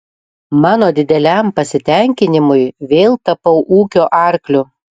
mano dideliam pasitenkinimui vėl tapau ūkio arkliu